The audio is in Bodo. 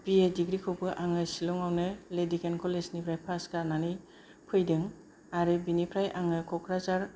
बिए दिग्री खौबो आङो शिलं आवनो लेदि केन कलेज निफ्राय पास जानानै फैदों आरो बेनिफ्राय आङो क'क्राझार